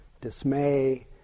dismay